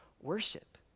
worship